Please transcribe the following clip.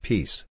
Peace